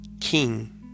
king